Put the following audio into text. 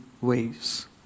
ways